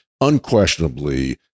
unquestionably